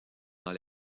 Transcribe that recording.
dans